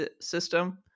system